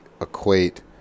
equate